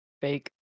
Fake